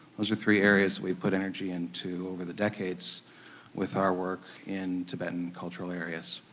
those are three areas we put energy into over the decades with our work in tibetan cultural areas.